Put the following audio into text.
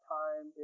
time